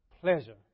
pleasure